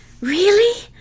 Really